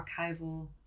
archival